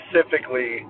specifically